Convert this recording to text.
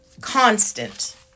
constant